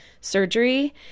surgery